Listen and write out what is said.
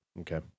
okay